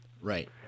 Right